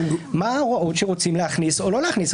מה ההוראות שרוצים להכניס או לא להכניס.